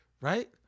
right